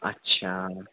اچھا